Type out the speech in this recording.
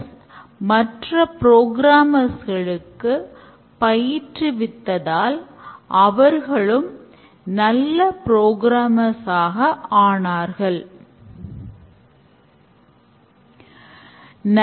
இங்கு சில அறிக்கைகள் உபயோகப்படுத்தப்படுகின்றன புரோடக்ட் பேக்லாக் அனைத்து தேவைகளையும் உள்ளடக்கியது ஸ்பரின்ட் பேக்லாக் ஒரு ஸ்பிரின்ட் இது திட்டம் எவ்வளவு தூரம் முன்னேறியுள்ளது என்பதைக் காட்டுகிறது